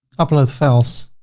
upload files,